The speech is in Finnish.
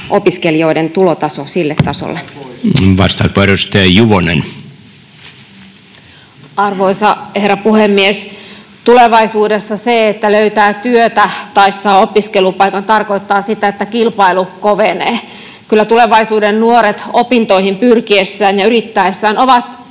opiskelijoiden tulotaso sille tasolle. Arvoisa herra puhemies! Tulevaisuudessa se, että löytää työtä tai saa opiskelupaikan, tarkoittaa sitä, että kilpailu kovenee. Kyllä tulevaisuuden nuoret opintoihin pyrkiessään ja yrittäessään ovat